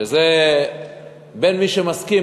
שזה בין מי שמסכים,